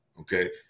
Okay